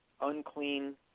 unclean